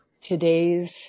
today's